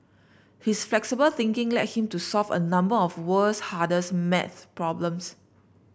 his flexible thinking led him to solve a number of the world's hardest maths problems